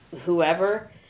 whoever